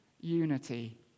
unity